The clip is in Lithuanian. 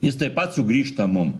jis taip pat sugrįžta mum